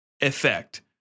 effect